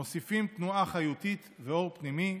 מוסיפים תנועה חיותית ואור פנימי,